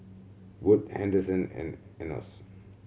Wood Henderson and Enos